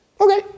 Okay